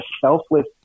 selfless